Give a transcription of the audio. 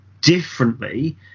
differently